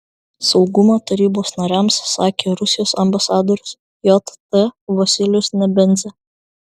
saugumo tarybos nariams sakė rusijos ambasadorius jt vasilijus nebenzia